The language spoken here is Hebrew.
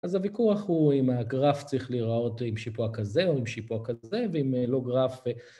אז הוויכוח הוא אם הגרף צריך להיראות עם שיפוע כזה או עם שיפוע כזה, ואם לא גרף...